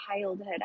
childhood